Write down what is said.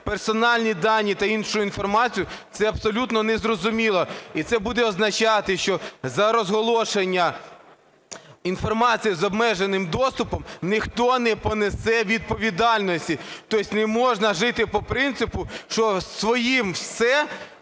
персональні дані та іншу інформацію, це абсолютно не зрозуміло. І це буде означати, що за розголошення інформації з обмеженим доступом ніхто не понесе відповідальності, то есть не можна жити по принципу, що своїм - все,